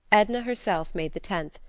edna herself made the tenth,